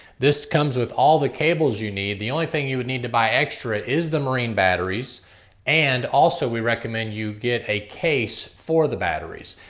this comes with all the cables you need. the only thing you would need to buy extra is the marine batteries and also we recommend you get a case for the batteries.